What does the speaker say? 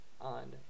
on